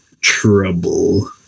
trouble